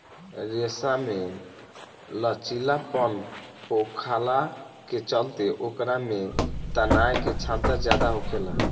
रेशा में लचीलापन होखला के चलते ओकरा में तनाये के क्षमता ज्यादा होखेला